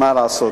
מה לעשות.